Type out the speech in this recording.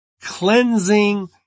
cleansing